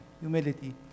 humility